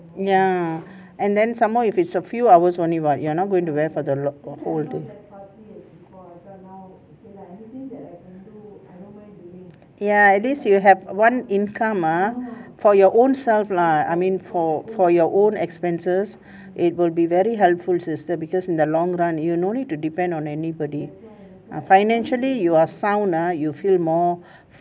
ya and then some more if it's a few hours only you're not going to wear for the whole day ya at least you have one income ah for your ownself lah I mean for for your own expenses it will be very helpful sister because in the long run you no need to depend on anybody ah financially you are sound ah you feel more